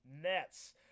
Nets